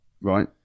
right